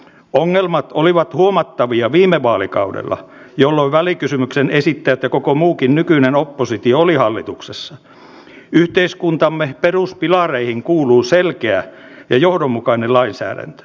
kyllä olisi varmasti syytä kohdentaa meidän kansallisia rahojamme ja erityisesti euroopan unionin rahoja siihen että tämä homma saataisiin toimimaan